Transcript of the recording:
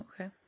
okay